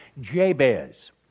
Jabez